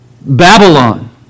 Babylon